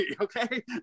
okay